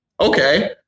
okay